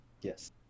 Yes